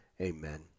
Amen